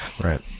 Right